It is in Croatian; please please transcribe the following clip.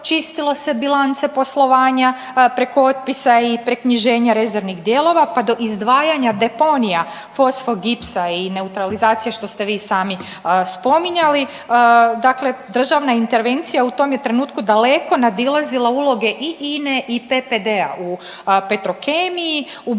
čistilo bilance poslovanja preko otpisa i preknjiženja rezervnih dijelova pa do izdvajanja deponija fosfogipsa i neutralizacije što ste vi i sami spominjali. Dakle, državna intervencija u tom je trenutku daleko nadilazila uloge i INE i PPD-a u Petrokemiji. U